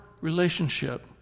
relationship